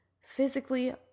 physically